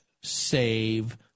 save